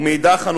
ומאידך גיסא,